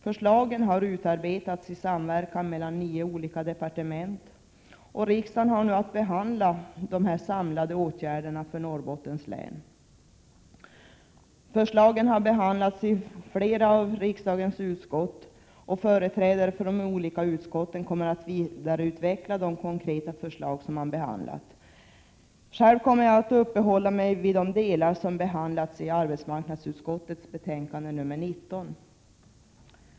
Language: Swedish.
Förslagen har utarbetats i samverkan mellan nio departement. Riksdagen har i dag att behandla dessa samlade åtgärder för Norrbottens län. Förslagen har behandlats i flera av riksdagens utskott. Företrädare för de olika utskotten kommer att vidareutveckla de konkreta förslag som behandlas. Själv kommer jag att uppehålla mig vid de delar som behandlas i arbetsmarknadsutskottets betänkande nr 19.